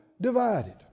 divided